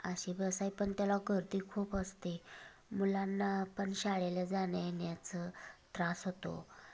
अशी बस आहे पण त्याला गर्दी खूप असते मुलांना पण शाळेला जाण्यायेण्याचं त्रास होतो